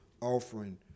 offering